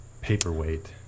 paperweight